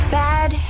bad